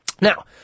Now